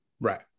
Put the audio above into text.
Right